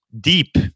deep